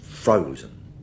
Frozen